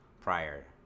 prior